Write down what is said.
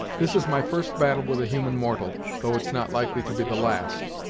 this is my first battle with a human mortal, though it's not likely to be the last.